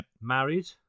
married